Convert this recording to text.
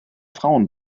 frauen